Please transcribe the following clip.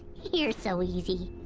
you're so easy!